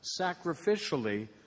sacrificially